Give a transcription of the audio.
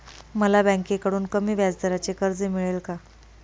मला बँकेकडून कमी व्याजदराचे कर्ज मिळेल का?